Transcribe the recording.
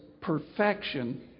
perfection